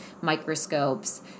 microscopes